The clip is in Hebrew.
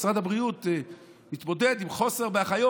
משרד הבריאות מתמודד עם מחסור באחיות.